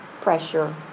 pressure